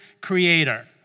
creator